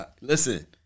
Listen